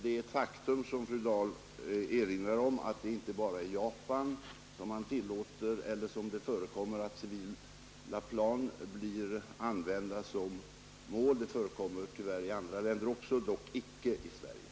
Det är, som fru Dahl erinrar om, &tt faktum att det inte bara är i Japan som det förekommit att civila plän blivit använda som mål. Det förekommer tyvärr också i andra länder, dock icke i Sverige.